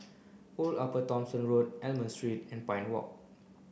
Old Upper Thomson Road Almond Street and Pine Walk